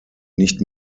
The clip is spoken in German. nicht